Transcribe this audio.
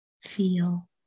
Feel